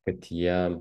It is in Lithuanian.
kad jie